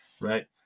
right